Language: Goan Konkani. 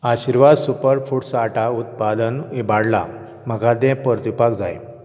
आशिर्वाद सुपर फूड्स आटा उत्पादन इबाडलां म्हाका तें परतीवपाक जाय